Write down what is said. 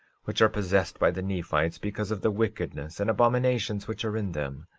which are possessed by the nephites, because of the wickedness and abominations which are in them.